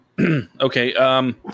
Okay